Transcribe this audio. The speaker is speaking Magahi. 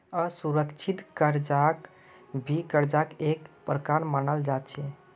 असुरिक्षित कर्जाक भी कर्जार का एक प्रकार मनाल जा छे